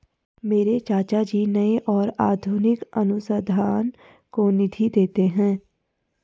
मेरे चाचा जी नए और आधुनिक अनुसंधान को निधि देते हैं